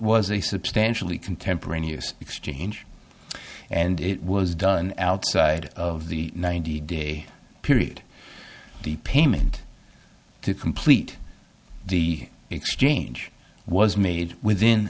was a substantially contemporaneous exchange and it was done outside of the ninety day period the payment to complete the exchange was made within